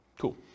Cool